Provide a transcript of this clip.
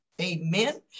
amen